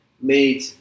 made